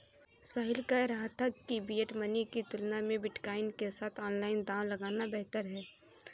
साहिल कह रहा था कि फिएट मनी की तुलना में बिटकॉइन के साथ ऑनलाइन दांव लगाना बेहतर हैं